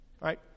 right